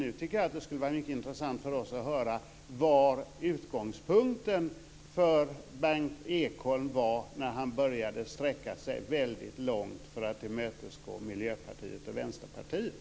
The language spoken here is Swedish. Nu tycker jag att det skulle vara mycket intressant för oss att höra vad utgångspunkten för Berndt Ekholm var när han började sträcka sig väldigt långt för att tillmötesgå Miljöpartiet och Vänsterpartiet.